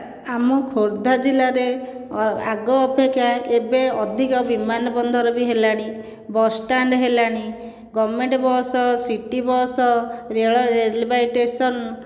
ଆମ ଖୋର୍ଦ୍ଧା ଜିଲ୍ଲାରେ ଆଗ ଅପେକ୍ଷା ଏବେ ଅଧିକ ବିମାନ ବନ୍ଦର ବି ହେଲାଣି ବସଷ୍ଟାଣ୍ଡ ହେଲାଣି ଗଭର୍ଣ୍ଣମେଣ୍ଟ ବସ ସିଟି ବସ ରେଳ ରେଳବାଇ ଷ୍ଟେସନ